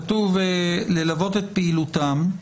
כתוב ללוות את פעילותם.